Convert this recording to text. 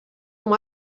com